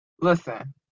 Listen